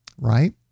right